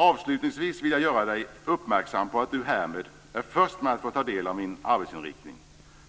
Avslutningsvis vill jag göra Dig uppmärksam på att Du härmed är först med att få ta del av min arbetsinriktning.